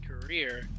career